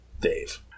Dave